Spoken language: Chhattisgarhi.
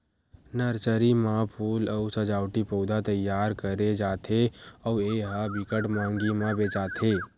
नरसरी म फूल अउ सजावटी पउधा तइयार करे जाथे अउ ए ह बिकट मंहगी म बेचाथे